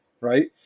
right